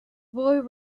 boy